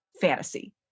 fantasy